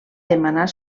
demanar